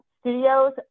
Studios